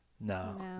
No